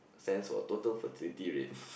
stands for total fertility rate